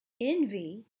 envy